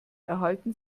erhalten